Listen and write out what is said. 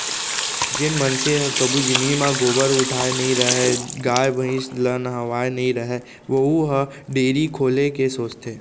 जेन मनसे ह कभू जिनगी म गोबर उठाए नइ रहय, गाय भईंस ल नहवाए नइ रहय वहूँ ह डेयरी खोले के सोचथे